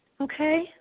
Okay